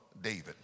David